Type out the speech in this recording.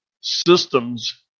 systems